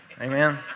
amen